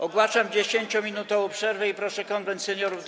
Ogłaszam 10-minutową przerwę i proszę Konwent Seniorów do